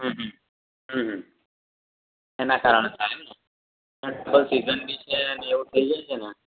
હમ્મ હમ્મ એના કારણે થાય એમ ને ડબલ સીઝન બી છે ને એવું થઈ જાય છે ને